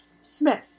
Smith